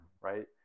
right